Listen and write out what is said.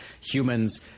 humans